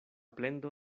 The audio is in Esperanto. plendo